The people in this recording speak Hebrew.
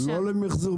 אני לא מתבייש,